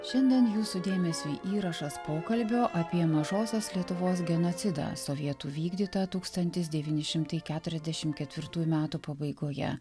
šiandien jūsų dėmesiui įrašas pokalbio apie mažosios lietuvos genocidą sovietų vykdytą tūkstantis devyni šimtai keturiasdešimt ketvirtų metų pabaigoje